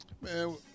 Man